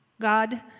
God